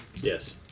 Yes